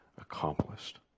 accomplished